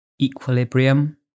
Equilibrium